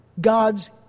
God's